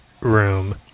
room